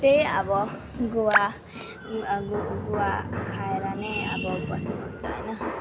त्यही अब गुवा गुवा खाएर नै अब बसेको हुन्छ होइन